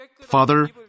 Father